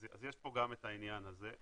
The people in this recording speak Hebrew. אז יש פה גם את העניין הזה.